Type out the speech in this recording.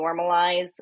normalize